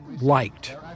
liked